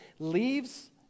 Leaves